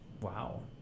Wow